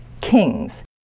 kings